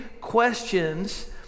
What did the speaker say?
questions